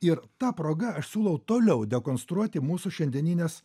ir ta proga aš siūlau toliau dekonstruoti mūsų šiandieninės